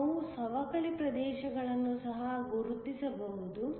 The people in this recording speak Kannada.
ನಾವು ಸವಕಳಿ ಪ್ರದೇಶಗಳನ್ನು ಸಹ ಗುರುತಿಸಬಹುದು